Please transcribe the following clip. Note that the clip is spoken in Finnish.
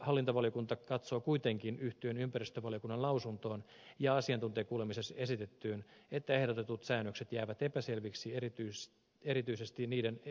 hallintovaliokunta katsoo kuitenkin yhtyen ympäristövaliokunnan lausuntoon ja asiantuntijakuulemisessa esitettyyn että ehdotetut säännökset jäävät epäselviksi erityisesti oikeusvaikutustensa suhteen